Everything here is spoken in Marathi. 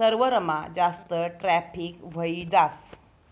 सर्वरमा जास्त ट्रॅफिक व्हयी जास